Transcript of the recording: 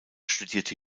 studierte